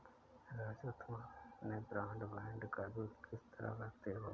राजू तुम अपने ब्रॉडबैंड का बिल किस तरह भरते हो